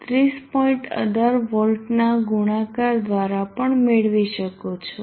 18 વોલ્ટના ગુણાકાર દ્વારા પણ મેળવી શકો છો